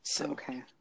Okay